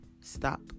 stop